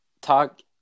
Talk